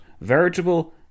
veritable